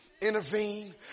intervene